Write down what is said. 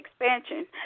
expansion